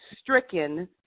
stricken